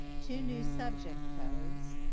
two new subject codes,